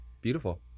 Beautiful